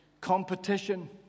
competition